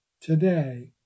Today